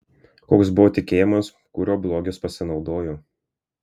koks buvo tikėjimas kuriuo blogis pasinaudojo